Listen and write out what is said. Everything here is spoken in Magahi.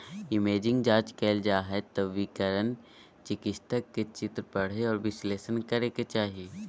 इमेजिंग जांच कइल जा हइ त विकिरण चिकित्सक के चित्र पढ़े औरो विश्लेषण करे के चाही